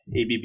ABB